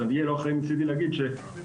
אז זה לא יהיה אחראי מצדי להגיד אפשרות